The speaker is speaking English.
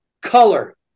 color